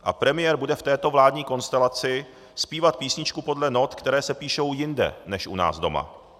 A premiér bude v této vládní konstelaci zpívat písničku podle not, které se píšou jinde než u nás doma.